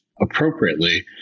appropriately